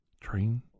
train